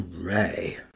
Hooray